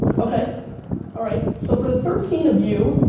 okay, all right. so for the thirteen of you,